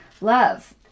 love